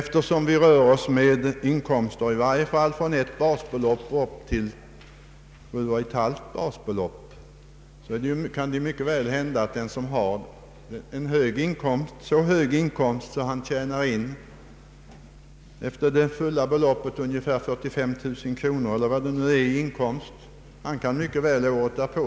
Eftersom vi rör oss med inkomster från ett basbelopp till 7,5 basbelopp, kan det mycket väl hända att den som ett år haft en så hög inkomst, att han tjänat in fullt belopp — ungefär 45 000 kronor — året därpå har en inkomst på 30 000 kronor.